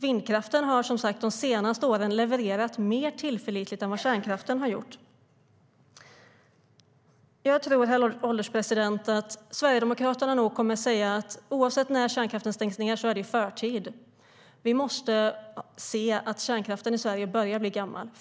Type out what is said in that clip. Vindkraften har de senaste åren levererat mer tillförlitligt än vad kärnkraften har gjort. Jag tror, herr ålderspresident, att oavsett när kärnkraften stängs ned kommer Sverigedemokraterna att säga att det är i förtid. Vi måste inse att kärnkraften i Sverige börjar bli gammal.